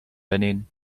benin